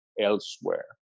elsewhere